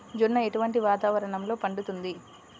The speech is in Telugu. జొన్న ఎటువంటి వాతావరణంలో పండుతుంది?